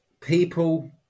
people